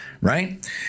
right